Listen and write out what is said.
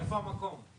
איפה המקום?